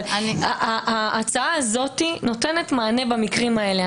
אבל ההצעה הזאת נותנת מענה במקרים האלה.